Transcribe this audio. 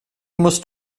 musst